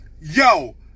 yo